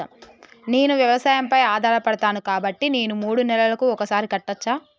నేను వ్యవసాయం పై ఆధారపడతాను కాబట్టి నేను మూడు నెలలకు ఒక్కసారి కట్టచ్చా?